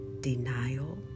denial